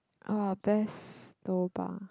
uh best lobang